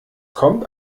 kommt